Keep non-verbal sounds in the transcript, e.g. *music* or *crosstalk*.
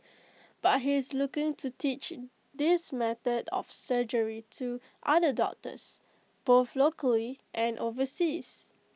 *noise* but he is looking to teach this method of surgery to other doctors both locally and overseas